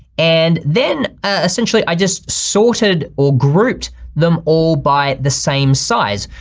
and then essentially i just sorted or grouped them all by the same size.